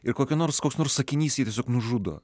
ir kokio nors koks nors sakinys jį tiesiog nužudo